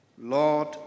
Lord